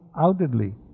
outwardly